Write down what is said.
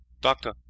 doctor